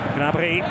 Gnabry